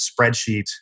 spreadsheet